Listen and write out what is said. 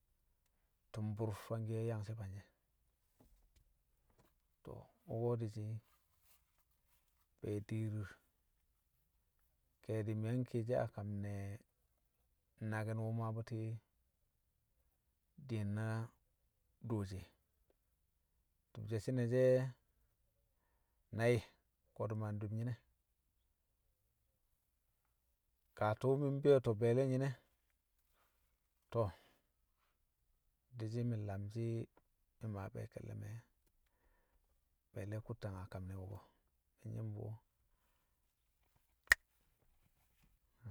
tṵmbṵr fangkiye yang shi̱ fanshi̱ e̱. To̱, wṵko̱ di̱shi̱ be̱e̱ diir ke̱e̱di̱ mi̱ yang kiyeshi a kam ne̱ naki̱n wṵ maa bṵti̱ di̱ye̱n na dooshi e̱. Ti̱bshe̱ shi̱nashe̱ nai̱, ko̱dṵ ma ndi̱b nyi̱ne̱. Kaa tṵṵ mi̱ mbe̱e̱to̱ be̱e̱le̱yi̱n e̱, to̱, di̱shi̱ mi̱ lamshi̱ mi̱ maa be̱e̱ ke̱lle̱ me̱ be̱e̱le̱ kuttang a kam ne̱ wṵko̱ mi̱ nyi̱m bṵ